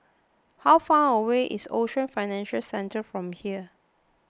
how far away is Ocean Financial Centre from here